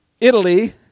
Italy